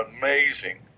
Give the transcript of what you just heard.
amazing